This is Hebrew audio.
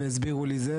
הסבירו לי זה,